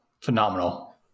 phenomenal